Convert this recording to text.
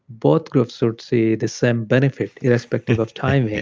both groups would see the same benefit irrespective of timing.